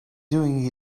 doing